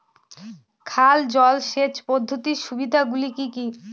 খাল জলসেচ পদ্ধতির সুবিধাগুলি কি কি?